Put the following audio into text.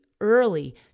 early